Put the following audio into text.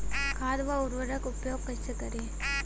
खाद व उर्वरक के उपयोग कइसे करी?